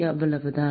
அவ்வளவு தான்